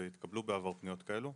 והתקבלו בעבר פניות כאלה.